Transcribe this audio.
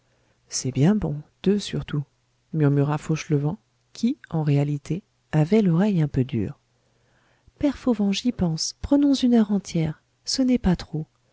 c'est bien bon deux surtout murmura fauchelevent qui en réalité avait l'oreille un peu dure père fauvent j'y pense prenons une heure entière ce n'est pas trop